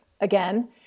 again